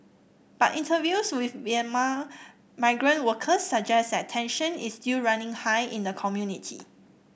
but interviews with Myanmar migrant workers suggest that tension is still running high in the community